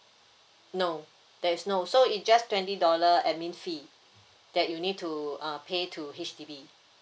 no there is no so it just twenty dollar admin fee that you need to uh pay to H_D_B